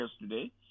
yesterday